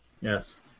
Yes